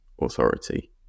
authority